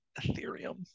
Ethereum